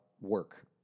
work